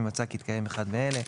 אם מצא כי מתקיים אחד מאלה: